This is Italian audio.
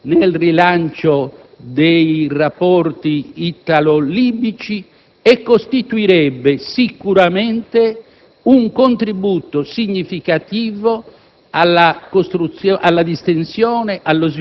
di un atto di fiducia nel rilancio dei rapporti italo-libici e costituirebbe sicuramente un contributo significativo